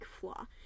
flaw